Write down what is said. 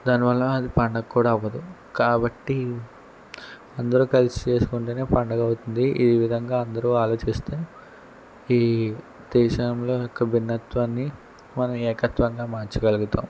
దానివల్ల అది పండుగ కూడా అవ్వదు కాబట్టి అందరూ కలిసి చేసుకుంటేనే పండుగ అవుతుంది ఈ విధంగా అందరూ ఆలోచిస్తే ఈ దేశంలో యొక్క భిన్నత్వాన్ని మనం ఏకత్వంగా మార్చగలుగుతాం